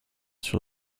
sur